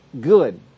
good